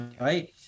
right